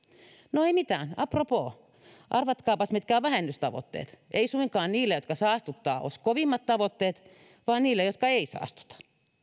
no eipä mitään apropoo arvatkaapas mitkä ovat vähennystavoitteet ei suinkaan niillä jotka saastuttavat ole kovimmat tavoitteet vaan niillä jotka eivät saastuta